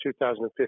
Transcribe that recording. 2015